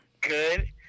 good